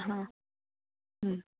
ಹಾಂ ಹ್ಞೂ